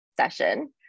session